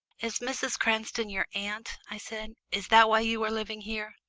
is mrs. cranston your aunt? i said. is that why you are living here?